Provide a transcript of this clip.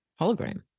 Hologram